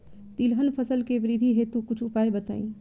तिलहन फसल के वृद्धि हेतु कुछ उपाय बताई?